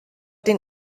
den